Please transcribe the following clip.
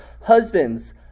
Husbands